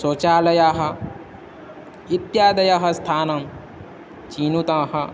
शौचालयाः इत्यादयः स्थानं चिनुतम्